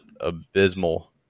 abysmal